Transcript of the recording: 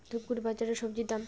ধূপগুড়ি বাজারের স্বজি দাম?